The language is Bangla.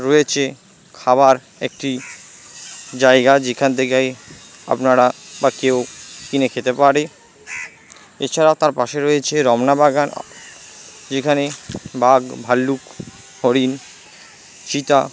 রয়েছে খাবার একটি জায়গা যেখান থেকে আপনারা বা কেউ কিনে খেতে পারে এছাড়া তার পাশে রয়েছে রমনা বাগান এখানে বাঘ ভাল্লুক হরিণ চিতা